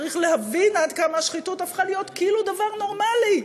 צריך להבין עד כמה השחיתות הפכה להיות כאילו דבר נורמלי.